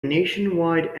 nationwide